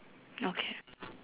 okay